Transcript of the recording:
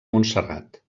montserrat